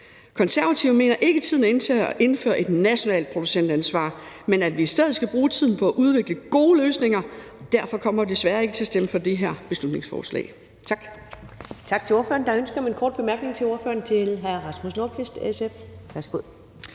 Konservative mener ikke, at tiden er inde til at indføre et nationalt producentansvar, men at vi i stedet skal bruge tiden på at udvikle gode løsninger. Derfor kommer vi desværre ikke til at stemme for det her beslutningsforslag.